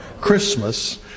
Christmas